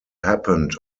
happened